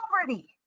poverty